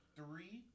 three